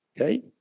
Okay